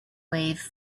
wave